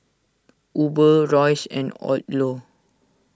Uber Royce and Odlo